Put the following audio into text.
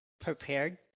prepared